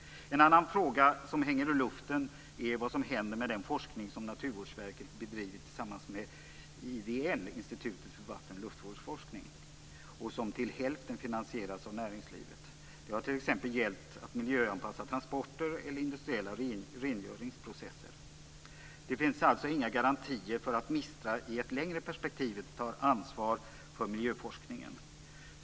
En annan fråga som hänger i luften är vad som händer med den forskning som Naturvårdsverket bedrivit tillsammans med IVL, Institutet för vattenoch luftvårdsforskning, och som till hälften finansieras av näringslivet. Det har t.ex. gällt att miljöanpassa transporter eller industriella rengöringsprocesser. Det finns alltså inga garantier för att MISTRA i ett längre perspektiv tar ansvar för miljöforskningen.